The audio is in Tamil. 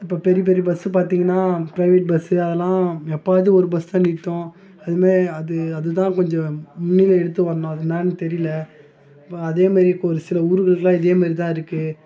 இப்போ பெரிய பெரிய பஸ்ஸு பார்த்தீங்கனா ப்ரைவேட் பஸ்ஸு அதெலாம் எப்போவாது ஒரு பஸ் தான் நிற்கும் அதுமாரி அது அது தான் கொஞ்சம் முன்னிலை எடுத்து வரணும் அது என்னானு தெரியல இப்போ அதேமாரி ஒரு சில ஊருகளுக்கு எல்லாம் இதே மாதிரிதான் இருக்கு